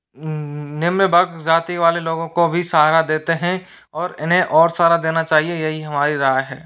निम्न वर्ग जाति वाले लोगों को भी सहारा देते हैं और इन्हें और सहारा देना चाहिए यही हमारी राय है